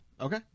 Okay